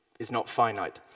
is not finite.